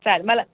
चालेल मला